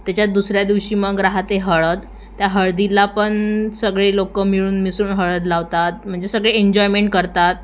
त्याच्याच दुसऱ्या दिवशी मग राहते हळद त्या हळदीला पण सगळे लोक मिळून मिसळून हळद लावतात म्हणजे सगळे एन्जॉयमेंट करतात